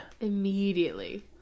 Immediately